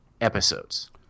episodes